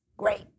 Great